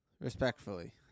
Respectfully